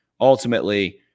ultimately